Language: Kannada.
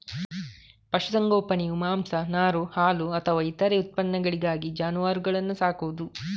ಪಶು ಸಂಗೋಪನೆಯು ಮಾಂಸ, ನಾರು, ಹಾಲು ಅಥವಾ ಇತರ ಉತ್ಪನ್ನಗಳಿಗಾಗಿ ಜಾನುವಾರುಗಳನ್ನ ಸಾಕುದು